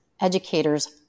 educators